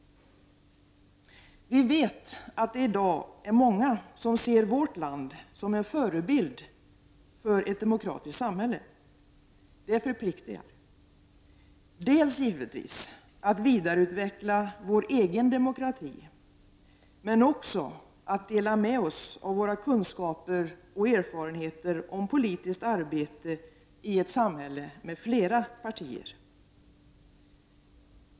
Vi vet att det i dag är många som ser vårt land som en förebild för ett demokratiskt samhälle. Det förpliktar, dels givetvis att vidareutveckla vår egen demokrati, dels också att dela med oss av våra kunskaper och erfarenheter om politiskt arbete i ett samhälle med flera partier.